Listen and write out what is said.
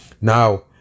Now